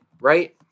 right